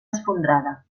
esfondrada